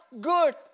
good